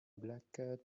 black